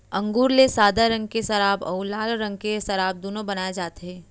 अंगुर ले सादा रंग के सराब अउ लाल रंग के सराब दुनो बनाए जाथे